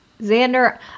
Xander